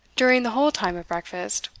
during the whole time of breakfast,